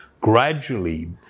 gradually